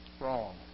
Wrong